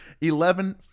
Eleven